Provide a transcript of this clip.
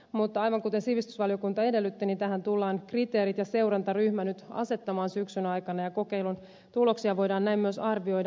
mutta aivan kuten sivistysvaliokunta edellytti tähän tullaan kriteerit ja seurantaryhmä nyt asettamaan syksyn aikana ja kokeilun tuloksia voidaan näin myös arvioida